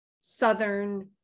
Southern